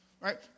Right